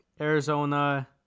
Arizona